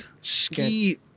ski